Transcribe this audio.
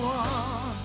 one